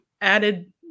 added